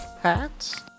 hats